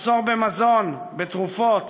מחסור במזון, בתרופות.